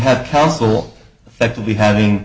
have counsel effectively having